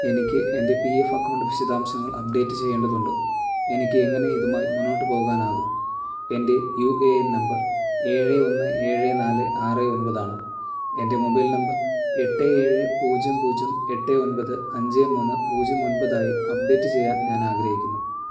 എനിക്ക് എൻ്റെ P F account വിശദാംശങ്ങൾ അപ്ഡേറ്റ് ചെയ്യേണ്ടതുണ്ട് എനിക്ക് എങ്ങനെ ഇതുമായി മുന്നോട്ട് പോകാനാകും എൻ്റെ യു എ എൻ നമ്പർ ഏഴ് ഒന്ന് ഏഴ് നാല് ആറ് ഒമ്പതാണ് എൻ്റെ മൊബൈൽ നമ്പർ എട്ട് ഏഴ് പൂജ്യം പൂജ്യം എട്ട് ഒൻപത് അഞ്ച് മൂന്ന് പൂജ്യം ഒൻപതായി അപ്ഡേറ്റ് ചെയ്യാൻ ഞാൻ ആഗ്രഹിക്കുന്നു